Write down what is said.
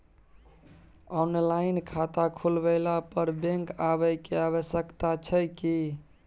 Online खाता खुलवैला पर बैंक आबै के आवश्यकता छै की?